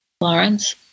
Lawrence